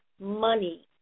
money